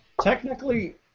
Technically